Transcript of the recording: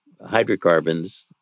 hydrocarbons